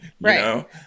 Right